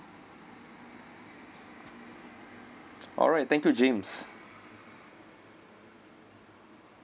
alright thank you james